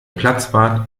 platzwart